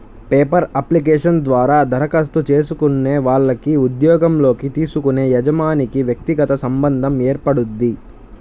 paper application ద్వారా దరఖాస్తు చేసుకునే వాళ్లకి ఉద్యోగంలోకి తీసుకునే యజమానికి వ్యక్తిగత సంబంధం ఏర్పడుద్ది